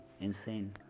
insane